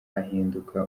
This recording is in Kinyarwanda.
ahinduka